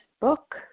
book